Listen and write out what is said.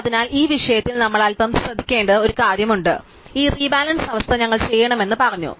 അതിനാൽ ഈ വിഷയത്തിൽ നമ്മൾ അൽപം ശ്രദ്ധിക്കേണ്ട ഒരു കാര്യമുണ്ട് അതിനാൽ ഈ റീബാലൻസ് അവസ്ഥ ഞങ്ങൾ ചെയ്യണമെന്ന് ഞങ്ങൾ പറഞ്ഞു